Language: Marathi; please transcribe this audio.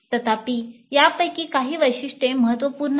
तथापि यापैकी काही वैशिष्ट्ये महत्त्वपूर्ण आहेत